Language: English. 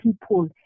people